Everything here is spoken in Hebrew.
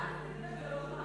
אבל א' בטבת זה לא חג.